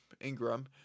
Ingram